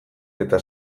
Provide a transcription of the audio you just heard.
eta